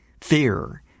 fear